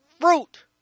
fruit